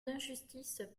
d’injustice